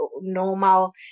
normal